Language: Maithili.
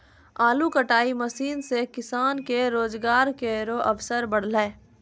आलू कटाई मसीन सें किसान के रोजगार केरो अवसर बढ़लै